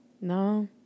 No